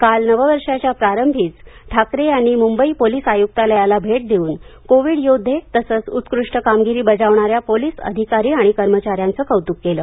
काल नववर्षाच्या प्रारंभीच ठाकरे यांनी म्बई पोलीस आय्क्तालयाला भेट देऊन कोविड योद्वे तसेच उत्कृष्ट कामगिरी बजावणाऱ्या पोलिस अधिकारी कर्मचाऱ्यांचं कौतुक केलं